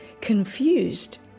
confused